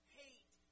hate